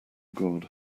god